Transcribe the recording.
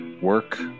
work